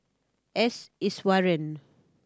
S Iswaran